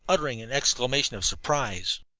uttering an exclamation of surprise.